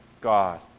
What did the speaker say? God